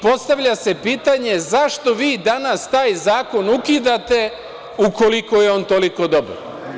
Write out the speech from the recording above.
Postavlja se pitanje - zašto vi danas taj zakon ukidate, ukoliko je on toliko dobar?